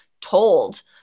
told